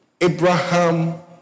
Abraham